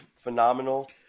phenomenal